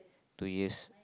two years